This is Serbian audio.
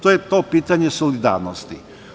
To je to pitanje solidarnosti.